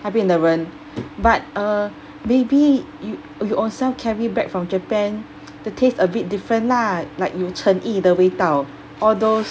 那边的人 but uh maybe you you also carry back from japan the taste a bit different lah like 有诚意的味道 all those